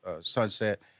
Sunset